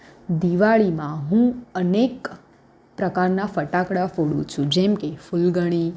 દિવાળીમાં હું અનેક પ્રકારના ફટાકડા ફોડું છું જેમકે ફૂલઝડી